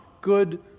good